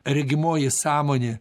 regimoji sąmonė